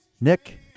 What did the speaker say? Nick